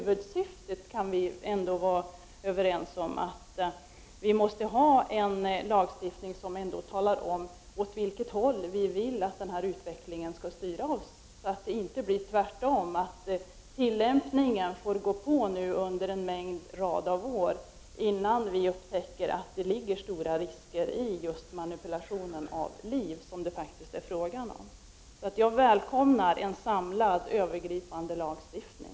Vi kan dock vara överens om huvudsyftet, att vi måste ha en lagstiftning som talar om åt vilket håll vi vill att utvecklingen skall styra oss, så att inte tillämpningen tvärtom fortskrider under ett antal år, innan vi upptäcker att stora risker är förenade med manipulation av liv, som det faktiskt är fråga om. Jag välkomnar en samlad, övergripande lagstiftning.